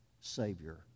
Savior